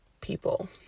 people